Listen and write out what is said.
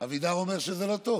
אבידר אומר שזה לא טוב,